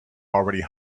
already